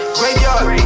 graveyard